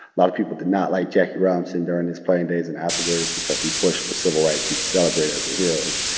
lot of people did not like jackie robinson during his playing days and afterwards because he pushed for civil rights. he's celebrated as a hero.